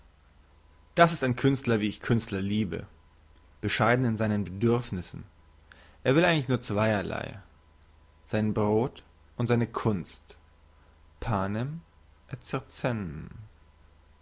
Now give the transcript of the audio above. das ist ein künstler wie ich künstler liebe bescheiden in seinen bedürfnissen er will eigentlich nur zweierlei sein brod und seine kunst panem